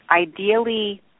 Ideally